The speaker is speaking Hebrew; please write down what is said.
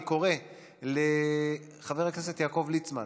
אני קורא לחבר הכנסת יעקב ליצמן,